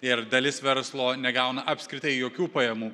ir dalis verslo negauna apskritai jokių pajamų